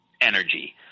energy